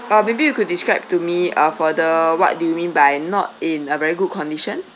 uh maybe you could describe to me uh for the what do you mean by not in a very good condition